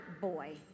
boy